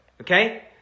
Okay